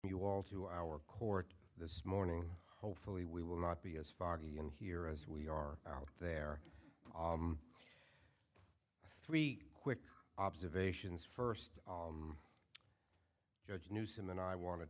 you all to our court this morning hopefully we will not be as foggy in here as we are out there three quick observations first judge newsome and i wanted